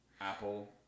Apple